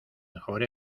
mejor